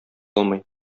алмый